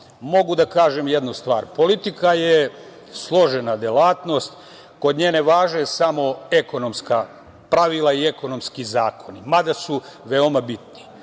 mogu da kažem jednu stvar, politika je složena delatnost, kod nje ne važe samo ekonomska pravila i ekonomski zakoni, mada su veoma